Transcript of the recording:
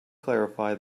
clarify